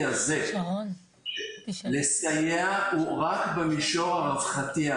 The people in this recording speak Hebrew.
הזה לסייע הוא רק במישור הרווחתי.